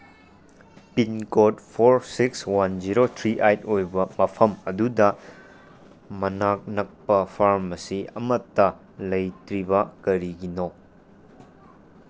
pin code for six one zero three eight ꯑꯣꯏꯕ ꯃꯐꯝ ꯑꯗꯨꯗ ꯃꯅꯥꯛ ꯅꯛꯄ ꯐꯥꯔꯃꯥꯁꯤ ꯑꯃꯠꯇ ꯂꯩꯇ꯭ꯔꯤꯕ ꯀꯔꯤꯒꯤꯅꯣ